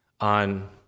on